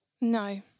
No